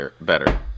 better